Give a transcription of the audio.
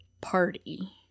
party